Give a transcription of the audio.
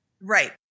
Right